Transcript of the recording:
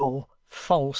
hollow, false,